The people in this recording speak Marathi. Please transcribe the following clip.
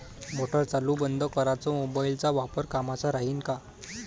मोटार चालू बंद कराच मोबाईलचा वापर कामाचा राहीन का?